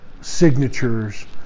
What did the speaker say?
signatures